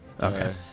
Okay